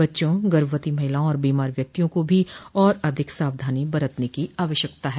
बच्चों गर्भवती महिलाओं और बीमार व्यक्तियों को भी और अधिक सावधानी बरतने की आवश्यकता है